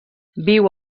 viu